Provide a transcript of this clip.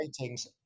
ratings